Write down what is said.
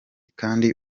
kandi